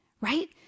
right